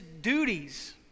duties